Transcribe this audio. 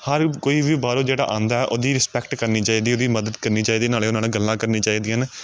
ਹਰ ਕੋਈ ਵੀ ਬਾਹਰੋਂ ਜਿਹੜਾ ਆਉਂਦਾ ਉਹਦੀ ਰਿਸਪੈਕਟ ਕਰਨੀ ਚਾਹੀਦੀ ਹੈ ਉਹਦੀ ਮਦਦ ਕਰਨੀ ਚਾਹੀਦੀ ਹੈ ਨਾਲੇ ਉਹਨਾਂ ਨਾਲ ਗੱਲਾਂ ਕਰਨੀਆਂ ਚਾਹੀਦੀਆਂ ਹਨ